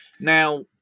Now